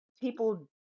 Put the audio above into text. people